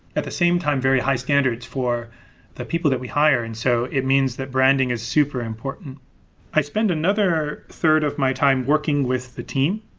at the same time, very high standards for the people that we hire. and so it means that branding is super important i spend another third of my time working with the team,